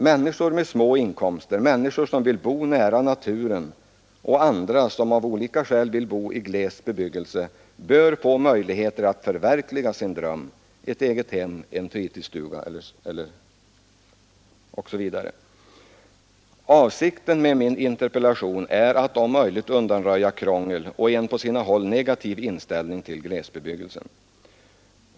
Människor med små inkomster som vill bo nära naturen, och andra medborgare som av olika skäl vill bo i glesbebyggelse, bör få möjligheter att förverkliga sin dröm, ett egethem eller en fritidsstuga. Avsikten med min interpellation har varit att om möjligt undanröja krångel och en på sina håll negativ inställning till glesbebyggelse.